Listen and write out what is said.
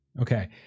Okay